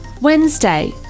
Wednesday